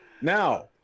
Now